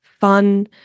fun